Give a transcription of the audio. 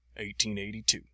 1882